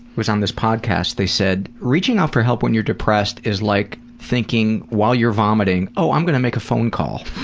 was on this podcast, they said, reaching out for help when you're depressed, is like thinking, while you're vomiting, oh, i'm gonna make a phone call.